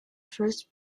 first